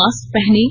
mask पहनें